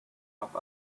pop